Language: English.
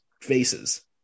faces